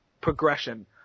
progression